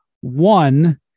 One